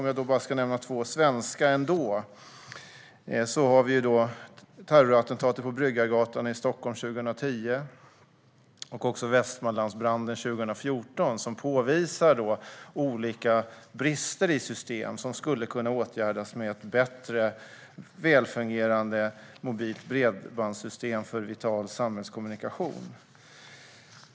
Jag ska ändå nämna två svenska, nämligen terrorattentatet på Bryggargatan i Stockholm 2010 och Västmanlandsbranden 2014, som påvisar olika brister i system som skulle kunna åtgärdas med ett bättre, välfungerande mobilt bredbandssystem för vital samhällskommunikation.